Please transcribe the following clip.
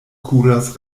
kuras